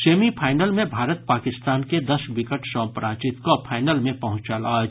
semifinal मे भारत पाकिस्तान के दस विकेट सॅ पराजित कऽ फाईनल मे पहुंचल अछि